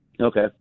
Okay